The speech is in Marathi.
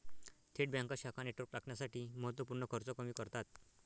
थेट बँका शाखा नेटवर्क राखण्यासाठी महत्त्व पूर्ण खर्च कमी करतात